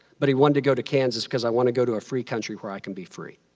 but he wanted to go to kansas, because i want to go to a free country where i can be free.